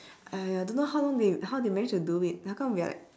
!aiya! don't know how long how they manage to do it how come we are like